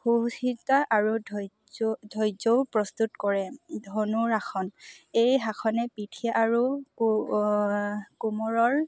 আৰু ধৈৰ্য ধৈৰ্যও প্ৰস্তুত কৰে ধনুৰাসন এই আসনে পিঠি আৰু কোমোৰৰ